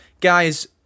Guys